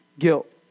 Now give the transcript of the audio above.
guilt